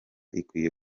ikwiye